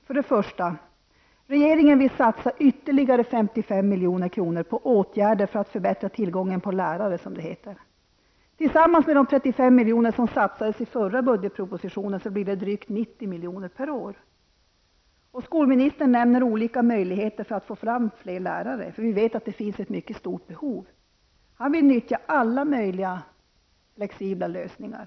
För det första: Regeringen vill satsa ytterligare 55 miljoner på ''åtgärder för att förbättra tillgången på lärare'', som det heter. Tillsammans med de 35 miljoner som satsades i förra budgetpropositionen blir det fråga om drygt 90 miljoner per år. Skolministern nämner olika möjligheter för att få fram fler lärare. Vi vet ju att behoven är stora i det avseendet. Han vill ta till alla möjliga flexibla lösningar.